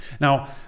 Now